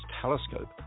Telescope